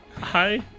hi